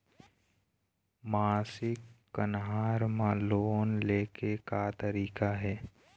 मासिक कन्हार म लोन ले के का तरीका हे?